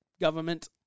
government